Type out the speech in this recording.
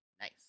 Nice